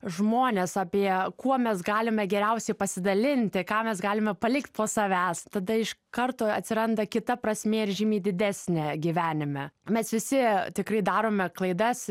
žmones apie kuo mes galime geriausiai pasidalinti ką mes galime palikt po savęs tada iš karto atsiranda kita prasmė ir žymiai didesnė gyvenime mes visi tikrai darome klaidas